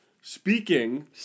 Speaking